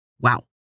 Wow